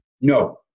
No